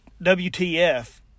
WTF